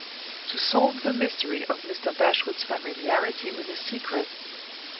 to solve the mystery of mr. bashwood's familiarity with a secret,